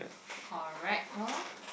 correct loh